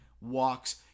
walks